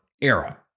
era